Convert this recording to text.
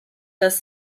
dass